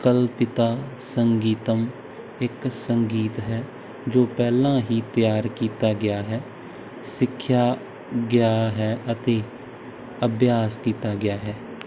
ਕਲਪਿਤਾ ਸੰਗੀਤਮ ਇੱਕ ਸੰਗੀਤ ਹੈ ਜੋ ਪਹਿਲਾਂ ਹੀ ਤਿਆਰ ਕੀਤਾ ਗਿਆ ਹੈ ਸਿੱਖਿਆ ਗਿਆ ਹੈ ਅਤੇ ਅਭਿਆਸ ਕੀਤਾ ਗਿਆ ਹੈ